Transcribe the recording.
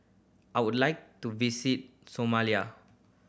I would like to visit Somalia